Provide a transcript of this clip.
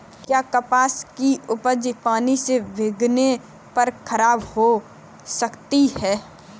क्या कपास की उपज पानी से भीगने पर खराब हो सकती है?